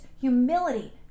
humility